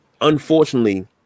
unfortunately